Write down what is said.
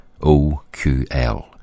oql